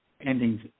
endings